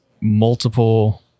multiple